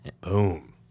boom